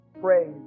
pray